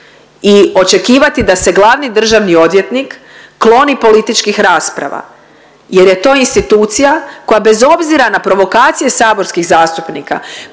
i očekivati da se glavni državni odvjetnik kloni političkih rasprava jer je to institucija koja bez obzira na provokacije saborskih zastupnika